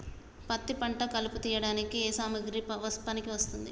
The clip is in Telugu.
పత్తి పంట కలుపు తీయడానికి ఏ సామాగ్రి పనికి వస్తుంది?